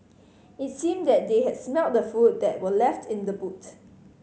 it seemed that they had smelt the food that were left in the boot